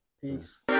Peace